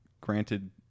granted